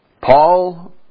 Paul